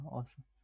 Awesome